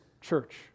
church